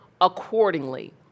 accordingly